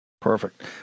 Perfect